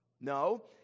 No